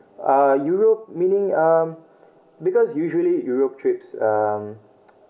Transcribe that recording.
uh europe meaning um because usually europe trips um